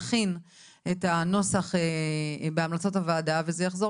נכין את הנוסח בהמלצת הוועדה וזה יחזור